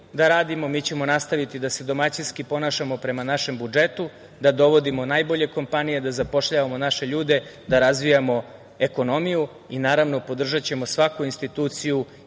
da radimo, mi ćemo nastaviti da se domaćinski ponašamo prema našem budžetu, da dovodimo najbolje kompanije, da zapošljavamo naše ljude, da razvijamo ekonomiju i naravno podržaćemo svaku instituciju